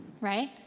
right